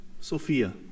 Sophia